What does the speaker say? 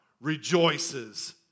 rejoices